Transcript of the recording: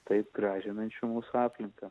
taip gražinančių mūsų aplinką